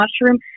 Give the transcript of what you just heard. mushroom